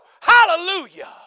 Hallelujah